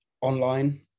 online